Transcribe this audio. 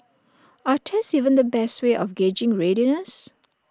are tests even the best way of gauging readiness